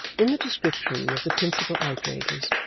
in the description of the principal outrages,